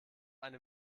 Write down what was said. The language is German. eine